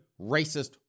racist